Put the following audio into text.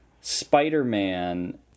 Spider-Man